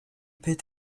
peut